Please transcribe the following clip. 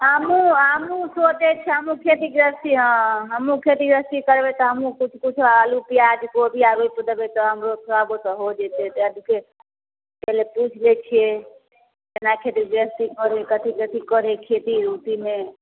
हमहूँ हमहूँ सोचै छी हमहूँ खेती गृहस्थी हँ हमहूँ खेती गृहस्थी करबै तऽ हमहूँ किछु किछु आलू प्याज गोभी आओर रोपि देबै तऽ हमरो थोड़ा बहुत हो जेतै तैँ जे छै पहिले पूछि लै छियै केना खेती गृहस्थी करैके हइ कथी कथी करैके हइ खेती गृहस्थीमे